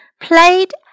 played